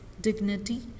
dignity